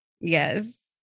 Yes